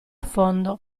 fondo